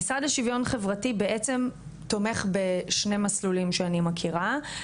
המשרד לשוויון חברתי בעצם תומך בשני מסלולים שאני מכירה,